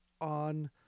on